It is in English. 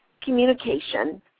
communication